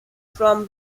from